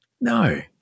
No